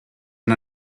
and